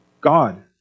God